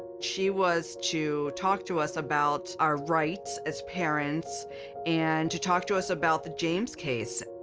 she was to talk to us about our rights as parents and to talk to us about the james case.